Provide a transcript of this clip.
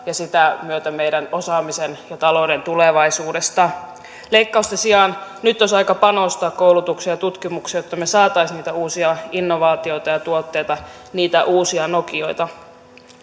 ja sen myötä meidän osaamisen ja talouden tulevaisuudesta leikkausten sijaan nyt olisi aika panostaa koulutukseen ja tutkimukseen jotta me saisimme niitä uusia innovaatioita ja tuotteita niitä uusia nokioita